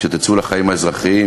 כשתצאו לחיים האזרחיים,